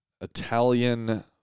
Italian